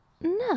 No